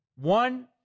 one